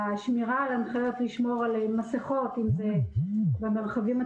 והשמירה על ההנחיות ועל מסכות במרחבים הציבורים,